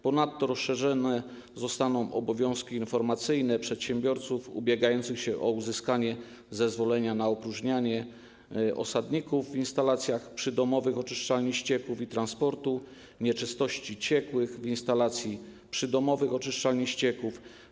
Ponadto rozszerzone zostaną obowiązki informacyjne przedsiębiorców ubiegających się o uzyskanie zezwolenia na opróżnianie osadników w instalacjach przydomowych oczyszczalni ścieków i transportu nieczystości ciekłych z instalacji przydomowych oczyszczalni ścieków.